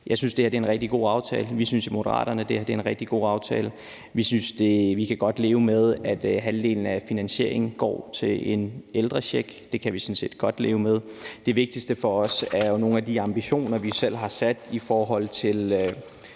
Jeg synes, det her er en rigtig god aftale. Vi synes i Moderaterne, at det her er en rigtig god aftale. Vi kan godt leve med, at halvdelen af provenuet går til en ældrecheck. Det kan vi sådan set godt leve med. Det vigtigste for os er at få indfriet nogle af de ambitioner, vi selv har sat om grøn